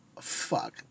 Fuck